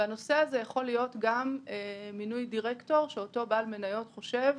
כאשר הנושא הזה יכול להיות גם מינוי דירקטור שאותו בעל מניות חושב